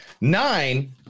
Nine